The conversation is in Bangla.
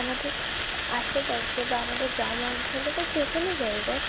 আমাদের আশেপাশে বা আমাদের গ্রাম অঞ্চলে বা যে কোনও জায়গায়